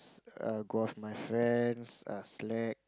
err go out with my friends err slack